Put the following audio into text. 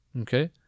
Okay